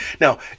now